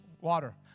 water